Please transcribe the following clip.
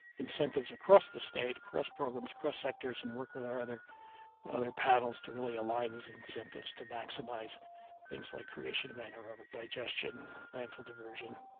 incentives across the state cross programs, cross sectors and work with our other other paddles to really align these incentives to maximize things like creation, demand or digestion mindful diversion.